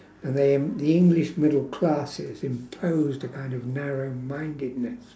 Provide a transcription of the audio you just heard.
and they um the english middle classes imposed the kind of narrow mindedness